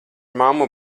mammu